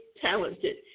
talented